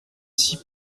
six